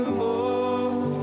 more